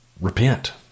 Repent